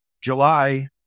July